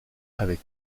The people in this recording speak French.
avec